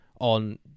on